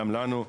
גם לנו,